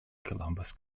columbus